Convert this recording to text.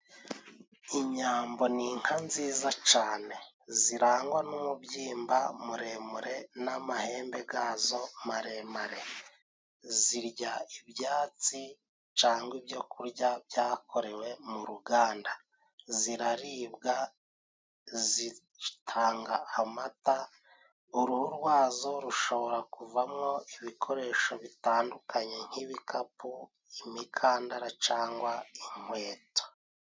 Inyambo ni inka nziza cane zirangwa n'umubyimba muremure n'amahembe gazo maremare zirya ibyatsi cangwa ibyo kurya byakorewe mu ruganda ziraribwa zitanga amata uruhu rwazo rushobora kuvamwo ibikoresho bitandukanye nk'ibikapu, imikandara cangwa inkweto.